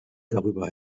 darüber